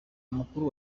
umukuru